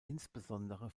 insbesondere